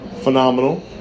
Phenomenal